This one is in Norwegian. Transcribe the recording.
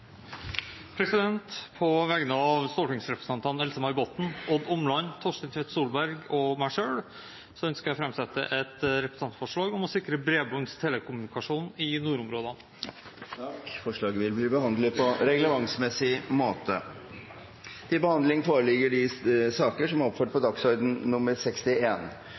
På vegne av stortingsrepresentantene Else-May Botten, Odd Omland, Torstein Tvedt Solberg og meg selv ønsker jeg å framsette et representantforslag om å sikre bredbånds telekommunikasjon i nordområdene. Forslaget vil bli behandlet på reglementsmessig måte. Før sakene på dagens kart tas opp til behandling,